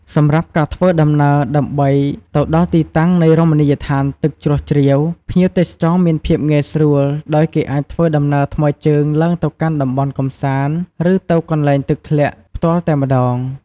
សម្រាប់ការធ្វើដំណើរដើម្បីទៅដល់ទីតាំងនៃរមណីយដ្ឋានទឹកជ្រោះជ្រាវ ភ្ញៀវទេសចរមានភាពងាយស្រួលដោយគេអាចធ្វើដំណើរថ្មើរជើងឡើងទៅកាន់តំបន់កម្សាន្តឬទៅកន្លែងទឹកធ្លាក់ផ្ទាល់តែម្តង ។